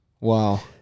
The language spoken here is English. Wow